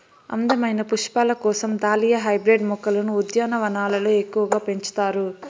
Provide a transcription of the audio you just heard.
అందమైన పుష్పాల కోసం దాలియా హైబ్రిడ్ మొక్కలను ఉద్యానవనాలలో ఎక్కువగా పెంచుతారు